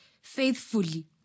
faithfully